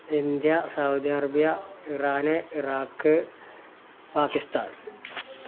India saudi-arabia Arabia Iran Iraq Pakistan